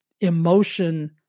emotion